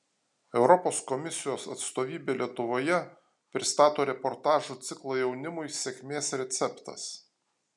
europos komisijos atstovybė lietuvoje pristato reportažų ciklą jaunimui sėkmės receptas